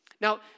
Now